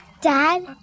Dad